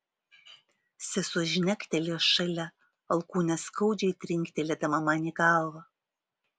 sesuo žnektelėjo šalia alkūne skaudžiai trinktelėdama man į galvą